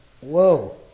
whoa